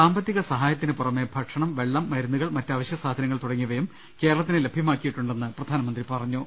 സാമ്പത്തിക സഹായത്തിനു പുറമെ ഭക്ഷണം വെള ളം മരുന്നുകൾ മറ്റ് പ്രഅവശ്യ സാധനങ്ങൾ തുടങ്ങിയവയും കേരളത്തിന് ലഭ്യമാക്കിയിട്ടുണ്ടെന്നും പ്രധാനമന്ത്രി പറഞ്ഞു